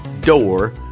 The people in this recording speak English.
door